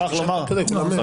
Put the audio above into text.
לעשות שחבר כנסת, יש לו חסינות.